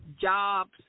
Jobs